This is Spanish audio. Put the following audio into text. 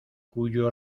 cuyo